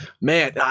Man